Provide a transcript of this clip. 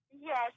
Yes